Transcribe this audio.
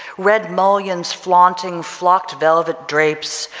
red mullions flaunting, flocked velvet drapes,